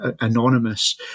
anonymous